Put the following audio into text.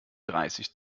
dreißig